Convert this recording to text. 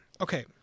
okay